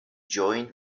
joined